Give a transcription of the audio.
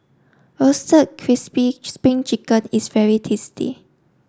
roasted crispy spring chicken is very tasty